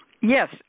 Yes